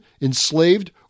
enslaved